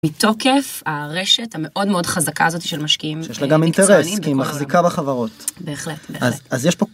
מתוקף הרשת המאוד מאוד חזקה הזאת של משקיעים. שיש לה גם אינטרס כי היא מחזיקה בחברות.בהחלט.בהחלט. אס יש פה...